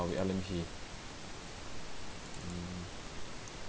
wait ah let me see mmhmm